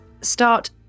start